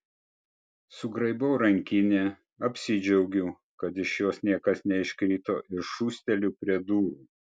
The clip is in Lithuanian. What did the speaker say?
sugraibau rankinę apsidžiaugiu kad iš jos niekas neiškrito ir šūsteliu prie durų